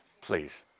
please